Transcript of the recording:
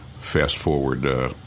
fast-forward